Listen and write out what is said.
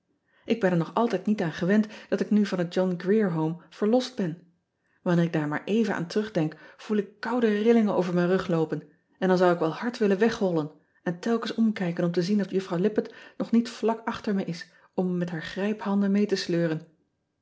k ben er nog altijd niet aan gewend dat ik nu van het ohn rier ome verlost ben anneer ik daar maar even aan terugdenk voel ik koude rillingen over mijn rug loopen en dan zou ik wel hard willen weghollen en telkens omkijken om te zien of uffrouw ippett nog niet vlak achter me is om me met haar grijphanden mee te sleuren